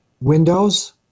Windows